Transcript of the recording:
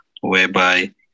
whereby